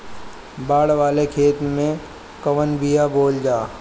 बाड़ वाले खेते मे कवन बिया बोआल जा?